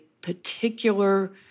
particular